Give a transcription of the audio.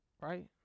right